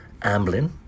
Amblin